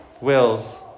wills